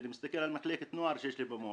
כשאני מסתכל על מחלקת הנוער שיש לי במועצה,